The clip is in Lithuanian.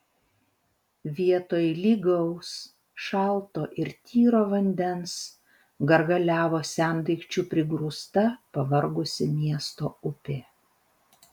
vietoj lygaus šalto ir tyro vandens gargaliavo sendaikčių prigrūsta pavargusi miesto upė